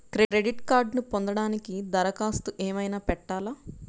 Credit కార్డ్ను పొందటానికి దరఖాస్తు ఏమయినా పెట్టాలా?